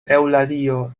eŭlalio